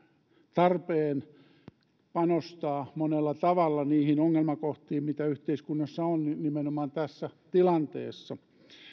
tarpeen panostaa monella tavalla niihin ongelmakohtiin mitä yhteiskunnassa on nimenomaan tässä tilanteessa